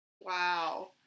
Wow